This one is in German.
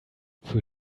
für